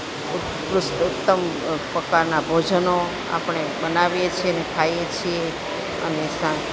ઉત્કૃષ્ટ ઉત્તમ પ્રકારના ભોજનો આપણે બનાવીએ છીએ ને ખાઈએ છીએ અને સા